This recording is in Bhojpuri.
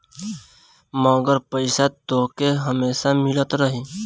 मगर पईसा तोहके हमेसा मिलत रही